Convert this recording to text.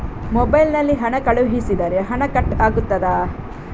Mobile ನಲ್ಲಿ ಹಣ ಕಳುಹಿಸಿದರೆ ಹಣ ಕಟ್ ಆಗುತ್ತದಾ?